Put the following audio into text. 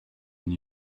and